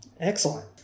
Excellent